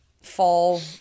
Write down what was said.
fall